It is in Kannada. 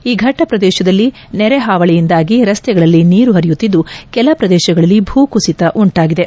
ಈ ಘಟ್ಟ ಪ್ರದೇಶದಲ್ಲಿ ನೆರೆ ಹಾವಳಿಯಿಂದಾಗಿ ರಸ್ತೆಗಳಲ್ಲಿ ನೀರು ಪರಿಯುತ್ತಿದ್ದು ಕೆಲ ಪ್ರದೇಶಗಳಲ್ಲಿ ಭೂ ಕುಸಿತ ಉಂಟಾಗಿದೆ